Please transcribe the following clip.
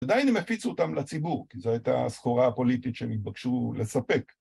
עדיין הם הפיצו אותם לציבור, כי זו הייתה הסחורה הפוליטית שהם התבקשו לספק.